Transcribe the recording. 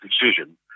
decision